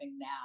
now